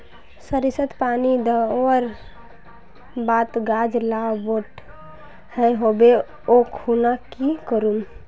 सरिसत पानी दवर बात गाज ला बोट है होबे ओ खुना की करूम?